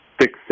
six